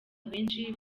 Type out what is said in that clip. abenshi